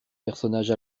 personnage